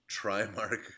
Trimark